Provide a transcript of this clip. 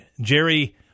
Jerry